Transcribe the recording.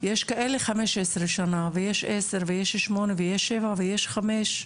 יש כאלה 15 שנה, ויש 10, ויש 8, ויש 7 ויש 5,